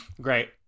Great